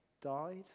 died